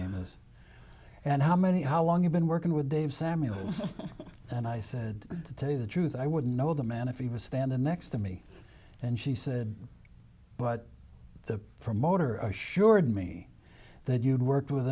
name is and how many how long you've been working with dave samuels and i said to tell you the truth i wouldn't know the man if he was standing next to me and she said but the promoter assured me that you'd worked with